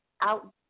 out